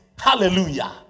Hallelujah